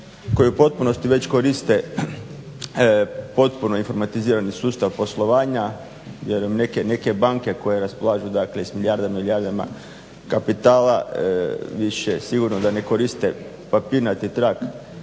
koji u potpunosti već koriste potpuno informatizirani sustav poslovanja jer neke banke koje raspolažu dakle s milijardama, milijardama kapitala više sigurno da ne koriste papirnati trag